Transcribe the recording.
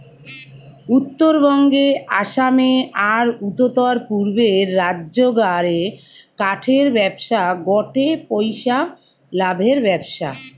উত্তরবঙ্গে, আসামে, আর উততরপূর্বের রাজ্যগা রে কাঠের ব্যবসা গটে পইসা লাভের ব্যবসা